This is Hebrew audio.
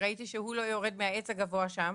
כשראיתי שהוא לא יורד מהעץ הגבוה שם,